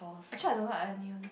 actually I don't like ironing